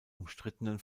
umstrittenen